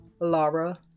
Laura